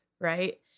right